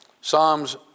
Psalms